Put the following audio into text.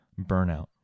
burnout